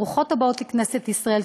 ברוכות הבאות לכנסת ישראל.